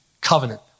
covenant